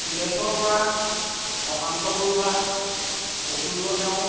Tileswar Bora Prasanta Baruah Prafulla Neog